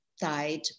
died